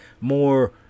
more